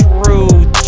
Truth